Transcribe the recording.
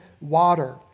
water